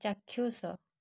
ଚାକ୍ଷୁଷ